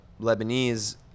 lebanese